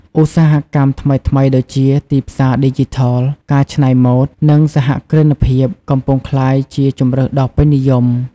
ឧស្សាហកម្មថ្មីៗដូចជា ទីផ្សារឌីជីថល ការច្នៃម៉ូត និងសហគ្រិនភាព កំពុងក្លាយជាជម្រើសដ៏ពេញនិយម។